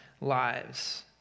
lives